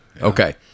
Okay